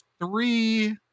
three